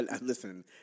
Listen